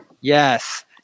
Yes